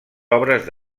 obres